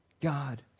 God